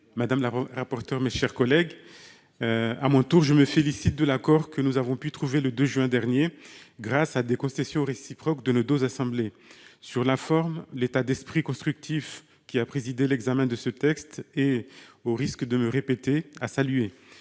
monsieur le ministre, mes chers collègues, je me félicite à mon tour de l'accord que nous avons pu trouver le 2 juin dernier, grâce à des concessions réciproques de nos deux assemblées. Sur la forme, l'état d'esprit constructif qui a présidé à l'examen de ce texte est, au risque de me répéter, à saluer.